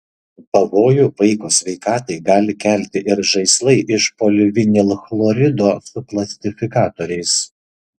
pavojų vaiko sveikatai gali kelti ir žaislai iš polivinilchlorido su plastifikatoriais